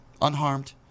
unharmed